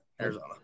Arizona